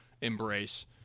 embrace